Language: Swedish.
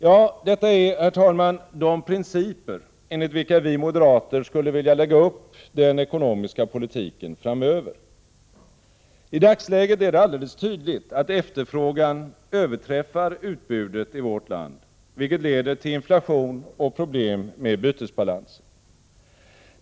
Ja, detta är, herr talman, de principer enligt vilka vi moderater skulle vilja lägga upp den ekonomska politiken framöver. I dagsläget är det alldeles tydligt att efterfrågan överträffar utbudet i vårt land, vilket leder till inflation och problem med bytesbalansen.